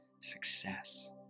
success